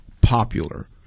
popular